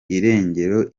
irengero